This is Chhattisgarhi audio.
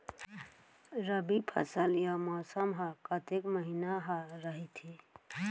रबि फसल या मौसम हा कतेक महिना हा रहिथे?